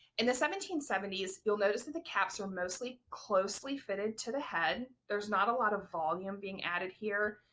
in the seventeen seventy s you'll notice that the caps are mostly closely fitted to the head. there's not a lot of volume being added here,